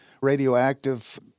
radioactive